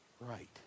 right